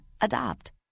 Adopt